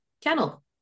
kennel